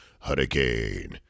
Hurricane